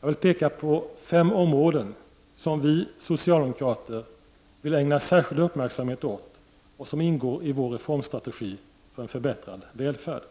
Jag vill peka på fem områden som vi socialdemokrater vill ägna särskild uppmärksamhet åt och som ingår i vår reformstrategi för en förbättrad välfärd: